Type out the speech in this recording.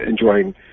enjoying